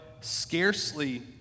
scarcely